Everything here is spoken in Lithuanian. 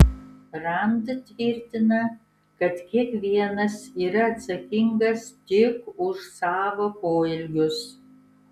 rand tvirtina kad kiekvienas yra atsakingas tik už savo poelgius